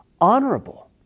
honorable